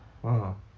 (uh huh)